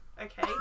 okay